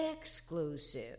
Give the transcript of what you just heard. exclusive